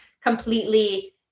completely